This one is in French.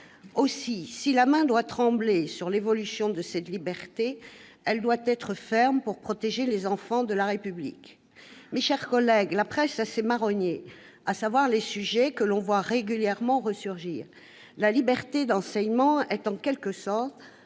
Aussi, si la main doit trembler sur l'évolution de cette liberté, elle doit être ferme pour protéger les enfants de la République. La presse a ses marronniers, à savoir des sujets que l'on voit régulièrement ressurgir. La liberté d'enseignement est, en quelque sorte,